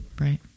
Right